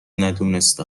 ندونسته